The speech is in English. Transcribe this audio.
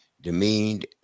demeaned